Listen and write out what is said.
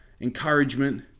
encouragement